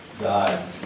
God